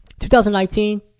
2019